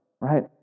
right